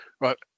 Right